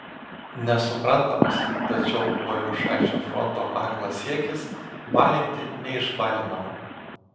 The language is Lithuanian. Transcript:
nesuprantamas tačiau valiušaičio fronto aklas siekis balinti neišbalinamą